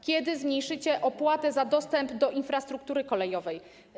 Kiedy zmniejszycie opłatę za dostęp do infrastruktury kolejowej?